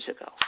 ago